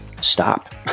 stop